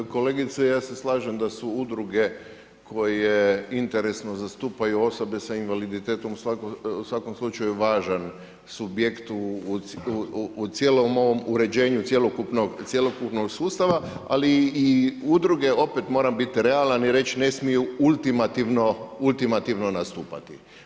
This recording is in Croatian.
Uvažena kolegice, ja se slažem da su udruge koje interesno zastupaju osobe sa invaliditetom u svakom slučaju važan subjekt u cijelom ovom uređenju cjelokupnog sustava, ali i udruge, opet moram biti realan i reći ne smiju ultimativno nastupati.